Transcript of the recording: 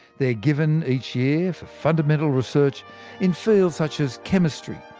they are given each year for fundamental research in fields such as chemistry,